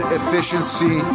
efficiency